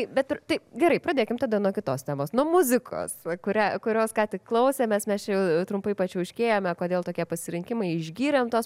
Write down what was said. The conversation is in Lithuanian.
bet ir tai gerai pradėkime tada nuo kitos temos nu muzikos kurią kurios ką tik klausėmės mes čia jau trumpai pačiauškėjome kodėl tokie pasirinkimai išgyrėm tuos